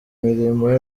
imirimo